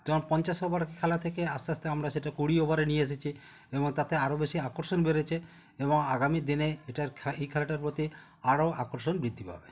কেমন পঞ্চাশ ওভার খেলা থেকে আস্তে আস্তে আমরা সেটা কুড়ি ওভারে নিয়ে এসেছি এবং তাতে আরো বেশি আকর্ষণ বেড়েছে এবং আগামী দিনে এটার খে এই খেলাটার প্রতি আরো আকর্ষণ বৃদ্ধি পাবে